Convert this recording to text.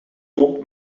rond